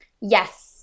Yes